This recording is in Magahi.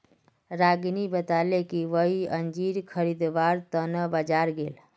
रागिनी बताले कि वई अंजीर खरीदवार त न बाजार गेले